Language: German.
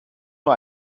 nur